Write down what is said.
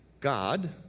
God